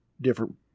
different